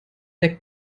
der